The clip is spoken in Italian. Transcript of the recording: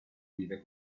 vive